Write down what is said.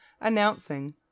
announcing